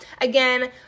again